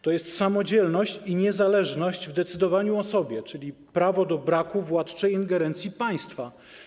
To jest samodzielność i niezależność w decydowaniu o sobie, czyli prawo do braku władczej ingerencji państwa.